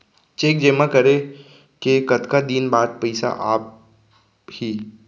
Cheque जेमा करे के कतका दिन बाद पइसा आप ही?